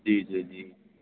جی جی جی